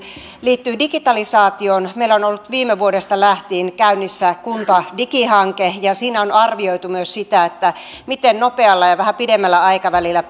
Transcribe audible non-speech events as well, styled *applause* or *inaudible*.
liittyy digitalisaatioon meillä on ollut viime vuodesta lähtien käynnissä kuntadigihanke ja siinä on arvioitu myös sitä miten nopealla ja vähän pidemmällä aikavälillä *unintelligible*